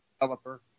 developer